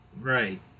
Right